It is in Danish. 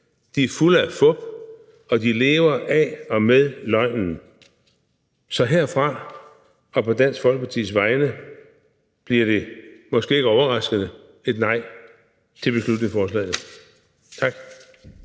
De er fulde af fup, og de lever af og med løgnen. Så herfra og på Dansk Folkepartis vegne bliver det, måske ikke overraskende, et nej til beslutningsforslaget. Tak.